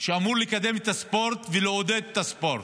שאמור לקדם את הספורט ולעודד את הספורט,